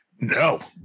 No